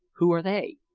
who are they?